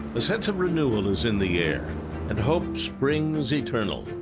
a sense of renewal is in the air and hope springs eternal,